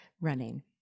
running